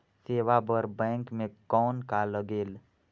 सेवा बर बैंक मे कौन का लगेल?